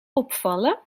opvallen